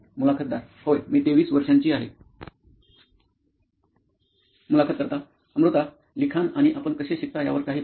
मुलाखतदार होय मी 23 वर्षांची आहे मुलाखतकर्ता अमृता लिखाण आणि आपण कसे शिकता यावर काही प्रश्न